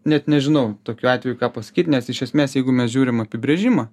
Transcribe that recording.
net nežinau tokiu atveju ką pasakyt nes iš esmės jeigu mes žiūrim apibrėžimą